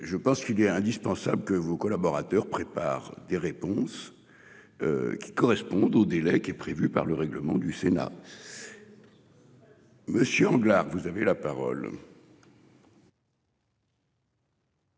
Je pense qu'il est indispensable que vos collaborateurs prépare des réponses. Qui correspondent au délai qui est prévu par le règlement du Sénat. Monsieur Lenglart. Vous avez la parole.--